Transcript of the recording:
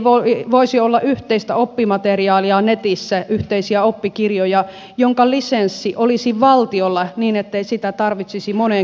miksi ei voisi olla yhteistä oppimateriaalia netissä yhteisiä oppikirjoja joiden lisenssi olisi valtiolla niin ettei sitä tarvitsisi moneen kertaan maksaa